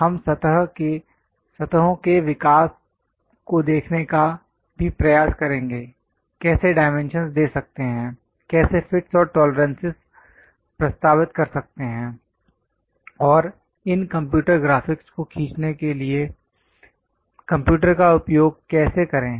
हम सतहों के विकास को देखने का भी प्रयास करेंगे कैसे डायमेंशनस् दे सकते हैं कैसे फिटस् और टॉलरेंसेस प्रस्तावित कर सकते हैं और इन कंप्यूटर ग्राफिक्स को खींचने के लिए कंप्यूटर का उपयोग कैसे करें